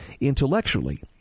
intellectually